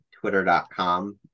Twitter.com